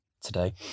today